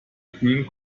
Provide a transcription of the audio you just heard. kühlen